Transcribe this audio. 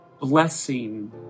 blessing